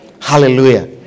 hallelujah